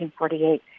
1948